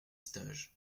stages